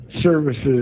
services